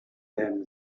them